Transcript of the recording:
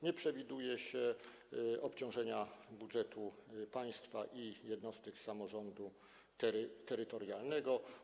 Nie przewiduje się obciążenia budżetu państwa i jednostek samorządu terytorialnego.